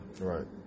Right